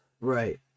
Right